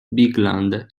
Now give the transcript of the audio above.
bigland